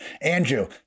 Andrew